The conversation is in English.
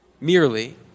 merely